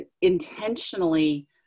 intentionally